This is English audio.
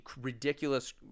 ridiculous